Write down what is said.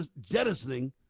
jettisoning